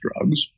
drugs